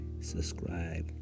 subscribe